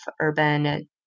urban